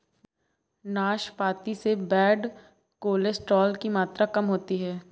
नाशपाती से bad cholesterol की मात्रा कम होती है